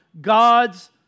God's